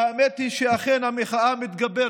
והאמת היא שאכן המחאה מתגברת,